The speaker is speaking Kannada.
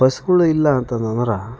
ಬಸ್ಗಳು ಇಲ್ಲ ಅಂತಂತಂದ್ರೆ